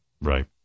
Right